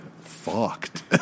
fucked